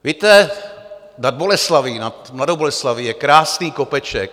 Víte, nad Boleslaví, nad Mladou Boleslaví, je krásný kopeček.